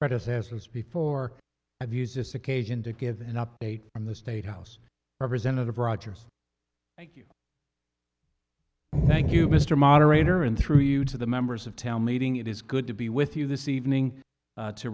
predecessors before have used this occasion to give an update from the state house representative rogers thank you thank you mr moderator and through you to the members of town meeting it is good to be with you this evening to